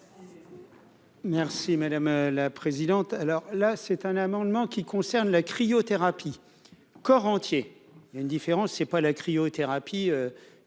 Merci madame la présidente, alors là c'est un amendement qui concerne la cryothérapie corps entier, il y a une différence, c'est pas la cryothérapie